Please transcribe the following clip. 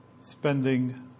spending